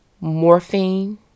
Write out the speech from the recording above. morphine